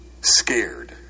Scared